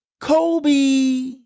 Kobe